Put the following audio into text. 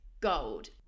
gold